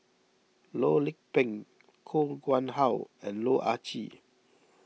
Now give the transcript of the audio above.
Loh Lik Peng Koh Nguang How and Loh Ah Chee